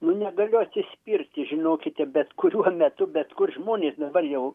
nu negaliu atsispirti žinokite bet kuriuo metu bet kur žmonės dabar jau